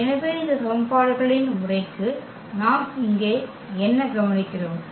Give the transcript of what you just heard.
எனவே இந்த சமன்பாடுகளின் முறைக்கு நாம் இங்கே என்ன கவனிக்கிறோம்